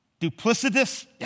duplicitous